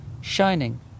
shining